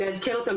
אני לא רוצה,